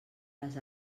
les